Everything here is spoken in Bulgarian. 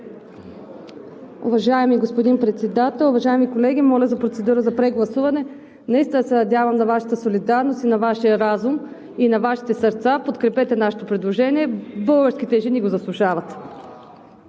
Уважаеми господин Председател, уважаеми колеги! Моля за процедура за прегласуване. Наистина се надявам на Вашата солидарност и на Вашия разум, и на Вашите сърца. Подкрепете нашето предложение. Българските жени го заслужават.